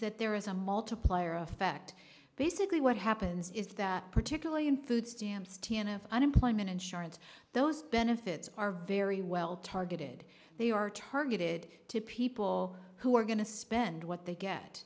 that there is a multiplier effect basically what happens is that particularly in food stamps t n f unemployment insurance those benefits are very well targeted they are targeted to people who are going to spend what they get